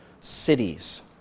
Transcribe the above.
cities